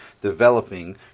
developing